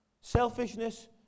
Selfishness